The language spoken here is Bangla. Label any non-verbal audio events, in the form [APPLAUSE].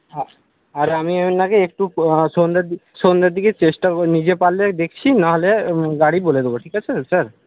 হ্যাঁ আর আমি ওনাকে একটু সন্ধ্যার [UNINTELLIGIBLE] সন্ধ্যার দিকে চেষ্টা করে নিজে পারলে দেখছি নাহলে গাড়ি বলে দেব ঠিক আছে স্যার